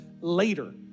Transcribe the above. later